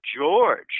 George